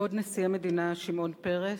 כבוד נשיא המדינה שמעון פרס,